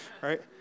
right